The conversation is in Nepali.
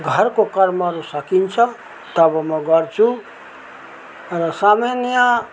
घरको कर्महरू सकिन्छ तब म गर्छु र सामान्य